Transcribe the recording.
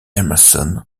emerson